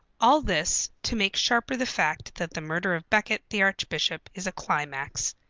all this, to make sharper the fact that the murder of becket the archbishop is a climax.